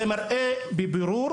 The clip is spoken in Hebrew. זה מראה בבירור